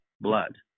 blood